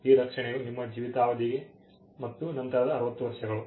ಈ ರಕ್ಷಣೆಯು ನಿಮ್ಮ ಜೀವಿತಾವಧಿ ಮತ್ತು ನಂತರದ 60 ವರ್ಷಗಳು